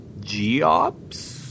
Geops